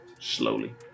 slowly